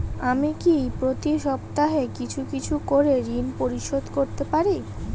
আমি কি প্রতি সপ্তাহে কিছু কিছু করে ঋন পরিশোধ করতে পারি?